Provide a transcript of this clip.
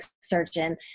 surgeon